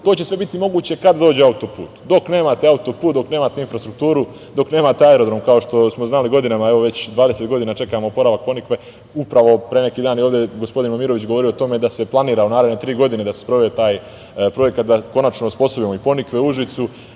će sve biti moguće kad dođe autoput. Dok nemate autoput, dok nemate infrastrukturu, dok nemate aerodrom, kao što smo znali godinama, evo već 20 godina čekamo oporavak Ponikve, upravo je ovde pre neki dan gospodin Momirović govorio o tome da se planira u naredne tri godine da se sprovede taj projekat da konačno osposobimo i Ponikve u Užicu,